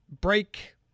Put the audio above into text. break